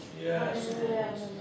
Yes